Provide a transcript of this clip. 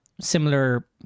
similar